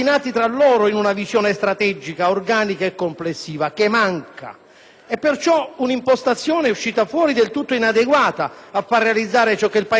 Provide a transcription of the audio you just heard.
È perciò un'impostazione del tutto inadeguata a far realizzare ciò che il Paese attende da troppo tempo, cioè una giustizia che in tempi ragionevoli